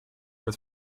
with